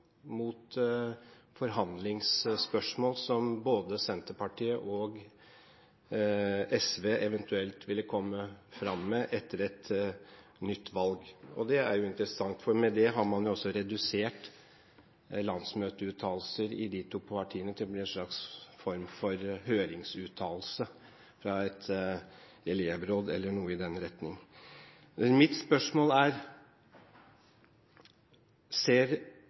forhandlingsspørsmål som både Senterpartiet og SV eventuelt ville komme fram med etter et nytt valg. Det er interessant, for med det har man også redusert en landsmøteuttalelse i de to partiene til å bli en slags høringsuttalelse fra et elevråd eller noe i den retning. Mitt spørsmål er: Ser